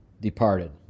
departed